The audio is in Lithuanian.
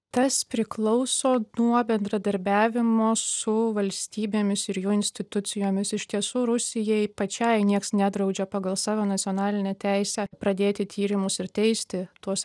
tas priklauso nuo bendradarbiavimo su valstybėmis ir jų institucijomis iš tiesų rusijai pačiai nieks nedraudžia pagal savo nacionalinę teisę pradėti tyrimus ir teisti tuos